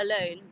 alone